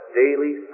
daily